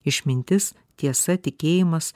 išmintis tiesa tikėjimas